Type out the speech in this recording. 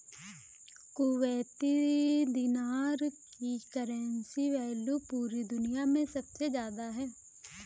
Kuwaiti दीनार की currency value पूरी दुनिया मे सबसे ज्यादा है